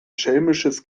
schelmisches